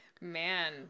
man